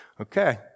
Okay